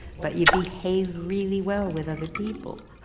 but you behave really well with other people.